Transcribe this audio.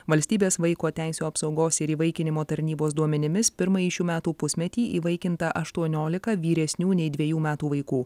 valstybės vaiko teisių apsaugos ir įvaikinimo tarnybos duomenimis pirmąjį šių metų pusmetį įvaikinta aštuoniolika vyresnių nei dvejų metų vaikų